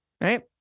right